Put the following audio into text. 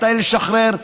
מתי לשחרר,